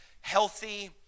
healthy